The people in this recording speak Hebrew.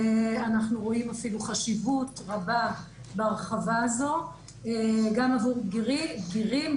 ורואים אפילו חשיבות רבה בהרחבה הזאת גם עבור בגירים,